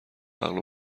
عقل